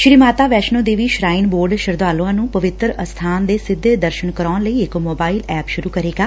ਸ੍ਰੀ Mata Vaishno Devi shrine board ਸ਼ਰਧਾਲੁਆਂ ਨੂੰ ਪਵਿੱਤਰ ਅਸਬਾਨ ਦੇ ਸਿੱਧੇ ਦਰਸ਼ਨ ਕਰਾਉਣ ਲਈ ਇਕ ਮੋਬਾਇਲ ਐਪ ਸੁਰੂ ਕਰੇਗਾ